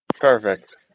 Perfect